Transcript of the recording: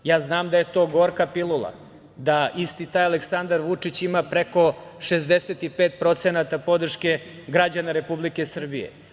Ja znam da je to gorka pilula, da isti taj Aleksandar Vučić ima preko 65% podrške građana Republike Srbije.